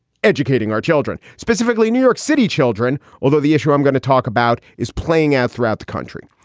educating our children, specifically new york city children. although the issue i'm going to talk about is playing out throughout the country.